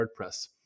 WordPress